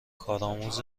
کارآموز